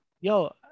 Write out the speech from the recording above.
yo